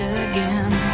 again